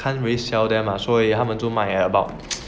can't really sell them lah 所以他们就卖 about